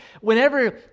Whenever